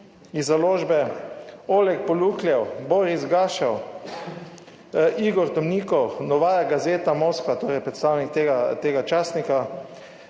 iz založbe Oleg Polukljev, Boris Gašev, Igor Domnikov - Novaja gazeta Moskva, torej predstavnik tega časnika,